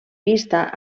pista